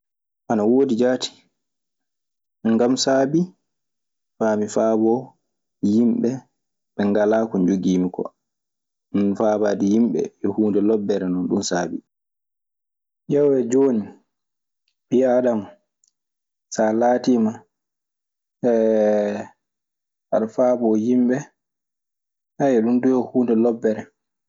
Ana woodi jaati, ngam saabii paa mi faaboo yimɓe ɓe ngalaa. Ko njogii mi koo faabaade yimɓe e huunde lobbere non ɗun saabii. Ƴeew jooni ɓii aadama so a laatiima aɗe faaboo yimɓe ɗun duu yo huunde lobbere.